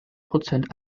prozent